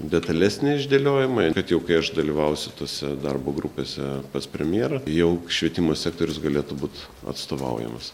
detalesnį išdėliojimą kad jau kai aš dalyvausiu tose darbo grupėse pas premjerą jau švietimo sektorius galėtų būt atstovaujamas